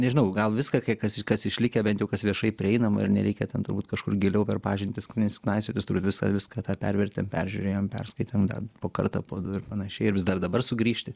nežinau gal viską kiek ka kas išlikę bent jau kas viešai prieinama ir nereikia ten turbūt kažkur giliau per pažintis knis knaisiotis turb visą viską tą pervertėm peržiūrėjom perskaitėm dar po kartą po du ir panašiai ir vis dar dabar sugrįžti